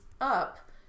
up